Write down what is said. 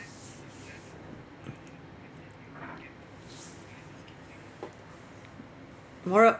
moral